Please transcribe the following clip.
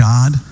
God